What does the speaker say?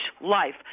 life